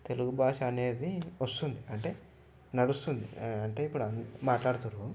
తెలుగు భాష అనేది వస్తుంది అంటే నడుస్తుంది అంటే ఇప్పుడు అంద మాట్లాడుతుర్రు